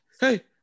hey